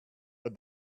but